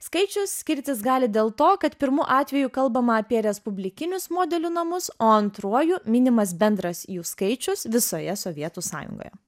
skaičius skirtis gali dėl to kad pirmu atveju kalbama apie respublikinius modelių namus o antruoju minimas bendras jų skaičius visoje sovietų sąjungoje